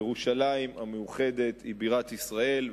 ירושלים המאוחדת היא בירת ישראל,